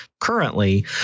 currently